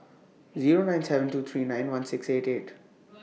Zero nine seven two three nine one six eight eight